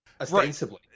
ostensibly